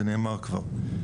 זה נאמר כבר.